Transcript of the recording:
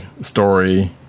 story